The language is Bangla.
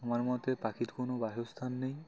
আমার মতে পাখির কোনো বাহস্থান নেই